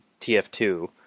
TF2